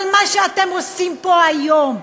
אבל מה שאתם עושים פה היום,